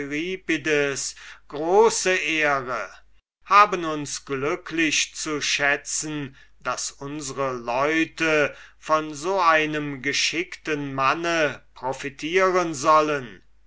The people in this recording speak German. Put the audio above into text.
große ehre haben uns glücklich zu schätzen daß unsre leute von so einem geschickten manne profitieren sollen